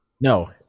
No